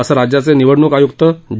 असं राज्याचे निवडणूक आयुक्त ज